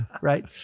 Right